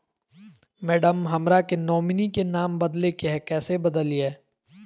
madam, हमरा के nominee में नाम बदले के हैं, कैसे बदलिए